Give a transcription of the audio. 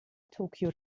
tokio